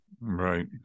Right